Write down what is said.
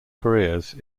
careers